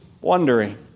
wondering